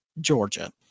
Georgia